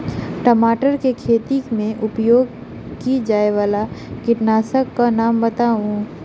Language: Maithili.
टमाटर केँ खेती मे उपयोग की जायवला कीटनासक कऽ नाम बताऊ?